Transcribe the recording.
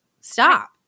stop